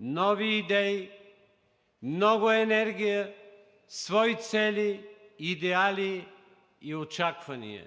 нови идеи, много енергия, свои цели, идеали и очаквания.